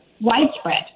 widespread